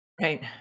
Right